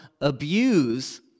abuse